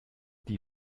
die